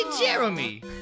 Jeremy